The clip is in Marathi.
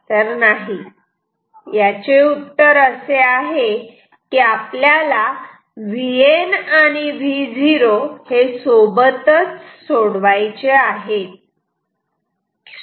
तर याचे उत्तर असे आहे कि आपल्याला हे Vn आणि Vo सोबतच सोडवायचे आहेत